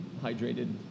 hydrated